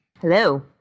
Hello